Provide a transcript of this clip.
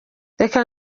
reka